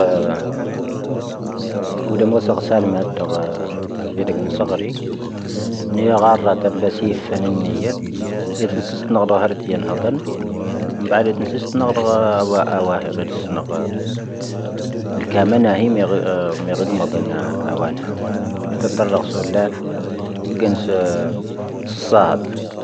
ⴳⵓⴷⴰⵎⵡⴰⵙⴰⵇ ⵙⴰⵍ ⵎⴰⴷⴷⴳⴰ ⵢⴰⴷⴰⴳ ⵏⴻⵙⴰⴳⴰⵔⵉ. ⵏⵉⵢⴰⴳⴰⵔⴰ ⵜⴰⵏ ⴱⴰⵙⵉⴼ ⴼⵉⵏⵏⵉⵏⵢⴰⴷ. ⵉⵜⴰ ⵏⴻⵙⴰⵙ ⵏⴳⴰⴷⴰⵀⴰⵔⵉⵜ ⵢⴰⴷⴰⴳ. ⵏⴱⴰⴰⴷⵉⵜ ⵏⴻⵙⴰⵙ ⵏⴳⴰⴷⴰⵀⴰⵡⴰⵀⴻⴳ. ⵍⴽⴰⵎⴰⵏⴰⵀⵉ ⵎⴻⵢⴰⴳⴳⵎⴰⴷⴰⵏ ⴰⵡⴰⵏⴰ. ⵉⵜⴰ ⵏⴷⴰⵔⴰⵇⵙoⵍⴰ. ⴳⵓⴷⴰⵏⵙ ⵙⴰⵙⴰⴷ.